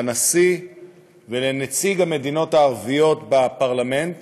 לנשיא ולנציג המדינות הערביות בפרלמנט